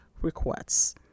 requests